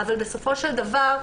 אבל בסופו של דבר,